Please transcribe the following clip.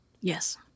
Yes